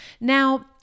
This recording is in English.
Now